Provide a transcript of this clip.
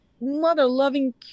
mother-loving